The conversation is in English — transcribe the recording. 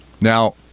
Now